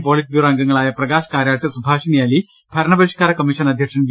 politburo അംഗങ്ങളായ പ്രകാശ്കാരാട്ട് സുഭാഷിണി അലി ഭരണപരിഷ്കരണ commission അധ്യക്ഷൻ വി